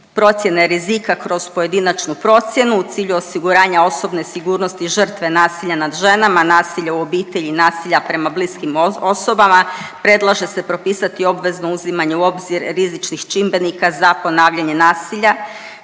procjene rizika kroz pojedinačnu procjenu u cilju osiguranja osobne sigurnosti žrtve nasilja nad ženama, nasilje u obitelji i nasilja prema bliskim osobama. Predlaže se propisati obvezno uzimanje u obzir rizičnih čimbenika za ponavljanje nasilja